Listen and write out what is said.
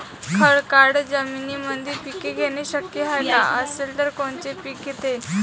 खडकाळ जमीनीमंदी पिके घेणे शक्य हाये का? असेल तर कोनचे पीक घेता येईन?